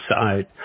side